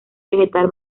vegetal